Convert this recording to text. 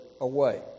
away